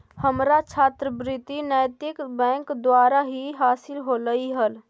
हमारा छात्रवृति नैतिक बैंक द्वारा ही हासिल होलई हल